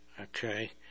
Okay